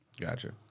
Gotcha